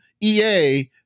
EA